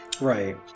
Right